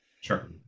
sure